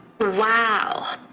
Wow